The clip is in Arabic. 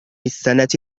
السنة